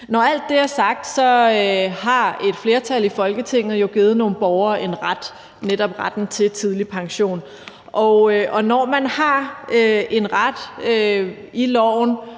Når alt det er sagt, har et flertal i Folketinget jo givet nogle borgere en ret, netop retten til tidlig pension, og når man har en ret i loven,